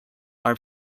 are